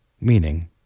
meaning